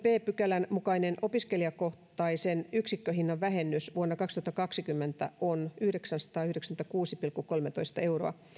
b pykälän mukainen opiskelijakohtaisen yksikköhinnan vähennys vuonna kaksituhattakaksikymmentä on yhdeksänsataayhdeksänkymmentäkuusi pilkku kolmetoista euroa